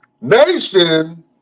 nation